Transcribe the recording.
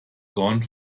gone